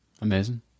amazing